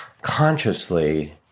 consciously